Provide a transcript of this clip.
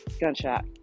gunshot